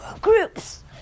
groups